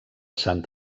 sant